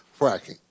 fracking